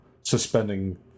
suspending